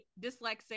dyslexic